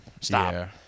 Stop